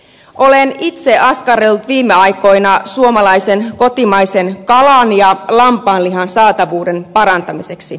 olen itse askarrellut viime aikoina suomalaisen kotimaisen kalan ja lampaanlihan saatavuuden parantamiseksi